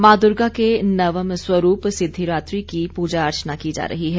मां दुर्गा के नवम स्वरूप सिद्धिदात्री की पूजा अर्चना की जा रही है